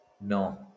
No